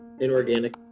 inorganic